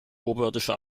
oberirdische